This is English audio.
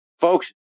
Folks